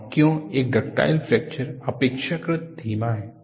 और क्यों एक डक्टाइल फ्रैक्चर अपेक्षाकृत धीमा है